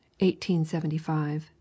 1875